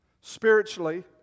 spiritually